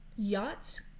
yachts